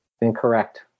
Incorrect